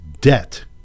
debt